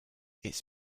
its